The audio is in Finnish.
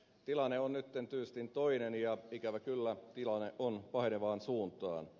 tilanne on nyt tyystin toinen ja ikävä kyllä tilanne on pahenevaan suuntaan